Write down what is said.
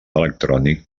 electrònic